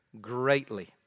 greatly